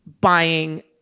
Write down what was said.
buying